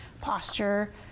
posture